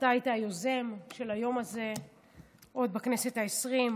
שהיית היוזם של היום הזה עוד בכנסת העשרים.